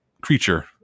creature